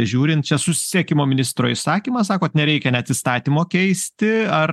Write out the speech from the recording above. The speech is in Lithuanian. žiūrint čia susisiekimo ministro įsakymas sakot nereikia net įstatymo keisti ar